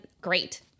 great